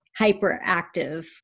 hyperactive